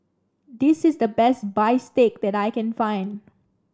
this is the best Bistake that I can find